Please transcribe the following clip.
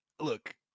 Look